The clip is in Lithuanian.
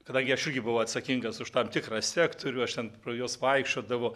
kadangi aš irgi buvau atsakingas už tam tikrą sektorių aš ten pro juos vaikščiodavau